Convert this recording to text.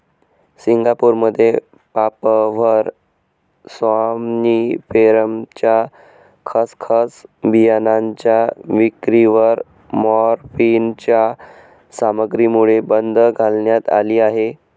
सिंगापूरमध्ये पापाव्हर सॉम्निफेरमच्या खसखस बियाणांच्या विक्रीवर मॉर्फिनच्या सामग्रीमुळे बंदी घालण्यात आली आहे